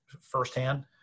firsthand